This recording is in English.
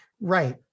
Right